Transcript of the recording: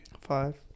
Five